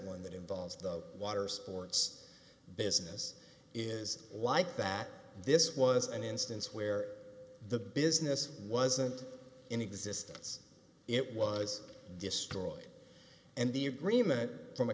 one that involves the watersports business is like that this was an instance where the business wasn't in existence it was destroyed and the agreement from a